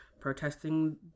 protesting